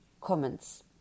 comments